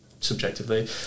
Subjectively